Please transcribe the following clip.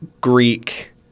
Greek